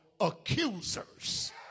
accusers